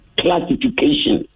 classification